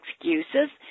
excuses